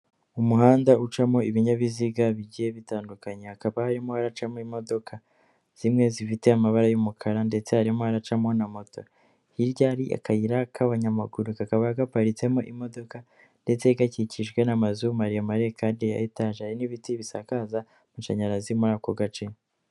Umuhanda ucamo ibinyabiziga bigiye bitandukanye, hakaba harimo haracamo imodoka, zimwe zifite amabara y'umukara ndetse harimo haracamo na moto, hirya hari akayira k'abanyamaguru kakaba gaparitsemo imodoka ndetse gakikijwe n'amazu maremare kandi ya etaje, hari n'ibiti bisakaza amashanyarazi muri ako gace.